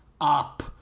up